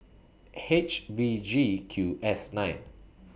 H V G Q S nine